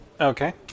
Okay